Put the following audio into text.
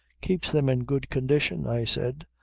keeps them in good condition, i said.